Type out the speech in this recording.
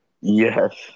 Yes